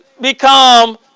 become